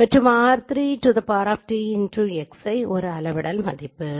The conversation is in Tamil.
மற்றும் r3T Xi ஒரு அளவிடல் மதிப்பு